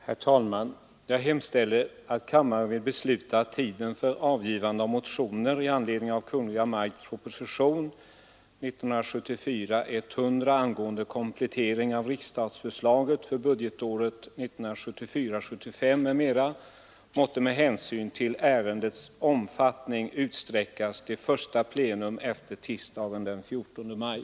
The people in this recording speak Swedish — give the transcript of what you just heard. Herr talman! Jag hemställer att kammaren ville besluta att tiden för avgivande av motioner i anledning av Kungl. Maj:ts proposition nr 100 år 1974 angående komplettering av riksstatsförslaget för budgetåret 1974/75, m.m. måtte med hänsyn till ärendets omfattning utsträckas till första plenum efter tisdagen den 14 maj.